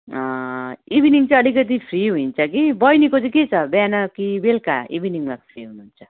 evening चाहिँ अलिकति free होइन्छ कि बैनीको चाहिँ के छ बिहान कि बेलुका इभिनिङमा फ्री हुनुहुन्छ